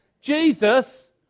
Jesus